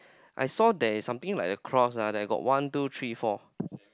I saw there is something like the cross ah like got one two three four